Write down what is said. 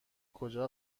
کجا